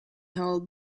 held